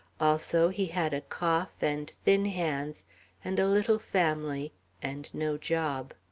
also, he had a cough and thin hands and a little family and no job.